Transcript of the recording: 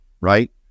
Right